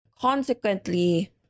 Consequently